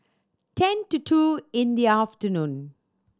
ten to two in the afternoon